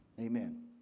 Amen